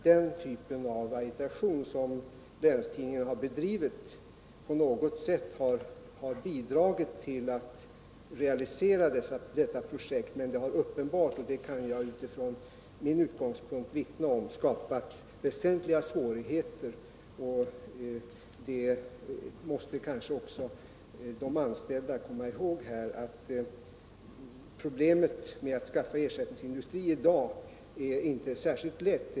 Den typ av agitation som Länstidningen bedrivit har inte på något sätt bidragit till att underlätta strävandena att säkra sysselsättningen. Men den har uppenbart — det kan jag utifrån min utgångspunkt vittna om — skapat väsentliga svårigheter. Problemet med att skaffa ersättningsindustri i dag är inte särskilt lätt att lösa.